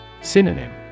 Synonym